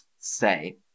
say